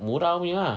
murah punya ah